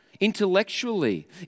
Intellectually